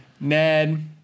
Ned